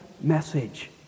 message